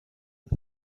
und